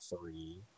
three